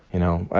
you know,